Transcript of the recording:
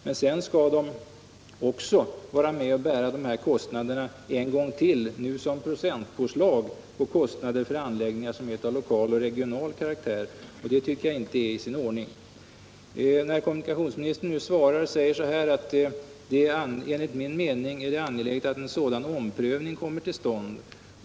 Men sedan skall de också vara med och bära dessa kostnader en gång till, nu som procentpåslag på kostnader för anläggningar som är av lokal och regional karaktär, och det tycker jag inte är i sin ordning. Kommunikationsministern säger i svaret: ”Enligt min mening är det angeläget att en sådan omprövning kommer till stånd.